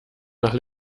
nach